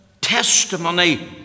Testimony